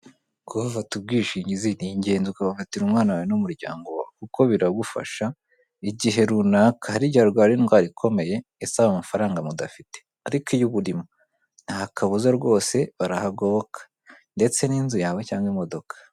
kuba wafata ubwishingizi ni ingenzi ukabufatira umwana wawe n'umuryango wawe kuko biragufasha igihe runaka hari igihe arwara indwara ikomeye isaba amafaranga mudafite ariko iyo uburimo nta kabuza rwose barahagoboka ndetse n'inzu yawe cyangwa imodoka.